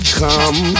come